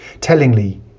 Tellingly